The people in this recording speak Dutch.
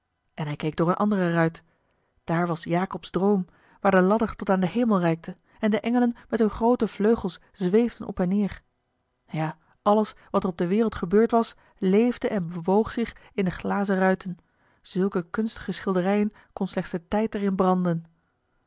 en hij keek door een andere ruit daar was jacobs droom waar de ladder tot aan den hemel reikte en de engelen met hun groote vleugels zweefden op en neer ja alles wat er op de wereld gebeurd was leefde en bewoog zich in de glazen ruiten zulke kunstige schilderijen kon slechts de tijd er in branden